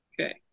Okay